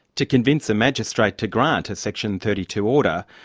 to convince a magistrate to grant a section thirty two order,